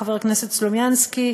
חבר הכנסת סלומינסקי,